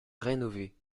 rénovés